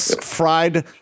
Fried